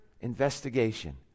investigation